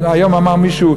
היום אמר מישהו,